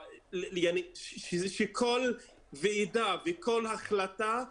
שכל ועידה וכל החלטה,